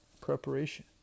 Preparation